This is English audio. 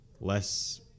less